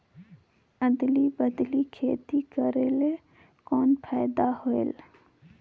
अदली बदली खेती करेले कौन फायदा होयल?